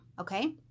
okay